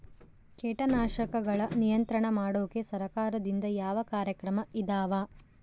ಕೇಟನಾಶಕಗಳ ನಿಯಂತ್ರಣ ಮಾಡೋಕೆ ಸರಕಾರದಿಂದ ಯಾವ ಕಾರ್ಯಕ್ರಮ ಇದಾವ?